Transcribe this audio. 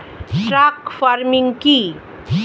Truck farming কি?